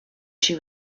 she